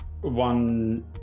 One